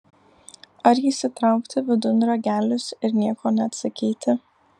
ar įsitraukti vidun ragelius ir nieko neatsakyti